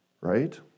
Right